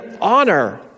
honor